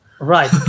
Right